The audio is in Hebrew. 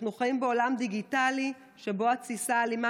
אנחנו חיים בעולם דיגיטלי שבו התסיסה האלימה